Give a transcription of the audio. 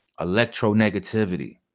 electronegativity